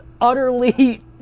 utterly